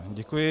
Děkuji.